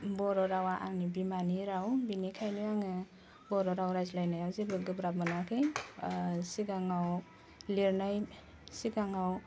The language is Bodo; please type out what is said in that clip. बर' रावा आंनि बिमानि राव बेनिखायनो आङो बर' राव रायज्लायनायाव जेबो गोब्राब मोनाखै सिगाङाव लिरनाय सिगाङाव